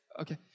Okay